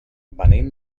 venim